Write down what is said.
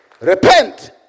Repent